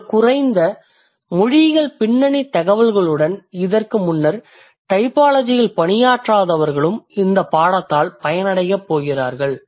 மிகக் குறைந்த மொழியியல் பின்னணித் தகவல்களுடன் இதற்கு முன்னர் டைபாலஜியில் பணியாற்றாதவர்களும் இந்தப் பாடத்தால் பயனடையப் போகிறீர்கள்